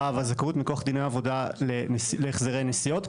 ועל הזכאות מכוח דיני העבודה להחזרי נסיעות,